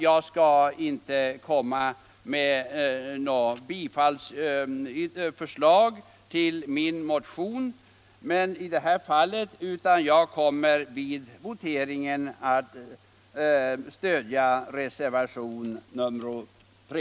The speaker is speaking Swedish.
Jag skall inte yrka bifall till min motion, utan jag kommer vid voteringen att stödja reservationen 3.